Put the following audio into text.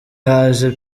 haje